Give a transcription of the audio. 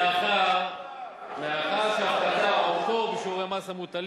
מאחר שהפחתה או פטור בשיעורי המס המוטלים